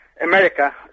America